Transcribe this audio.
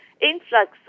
influx